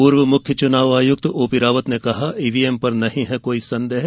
पूर्व मुख्य चुनाव आयुक्त ओ पी रावत ने कहा ईवीएम पर नहीं है कोई संदेह